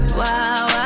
Wow